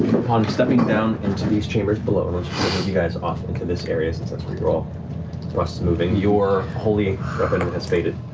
upon stepping down into these chambers below, i'll move you guys off and into this area since that's where you're all moving, your holy weapon has faded,